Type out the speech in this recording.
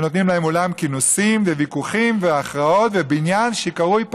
ונותנים להם אולם כינוסים לוויכוחים והכרעות בבניין שקרוי פרלמנט.